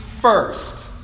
first